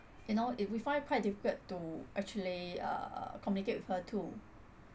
you know if we find quite difficult to actually uh communicate with her too